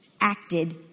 acted